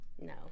No